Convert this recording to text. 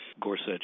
Gorsuch